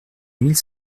mille